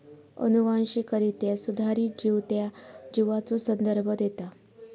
अनुवांशिकरित्या सुधारित जीव त्या जीवाचो संदर्भ देता